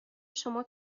شما